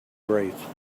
graceful